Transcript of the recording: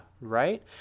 right